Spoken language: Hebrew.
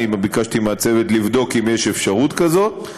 ביקשתי מהצוות לבדוק אם יש אפשרות כזאת,